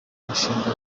umushinga